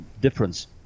difference